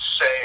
say